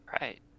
Right